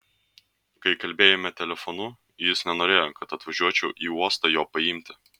kai kalbėjome telefonu jis nenorėjo kad atvažiuočiau į uostą jo paimti